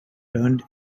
turned